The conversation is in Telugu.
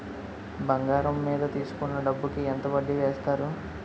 బంగారం మీద తీసుకున్న డబ్బు కి ఎంత వడ్డీ వేస్తారు?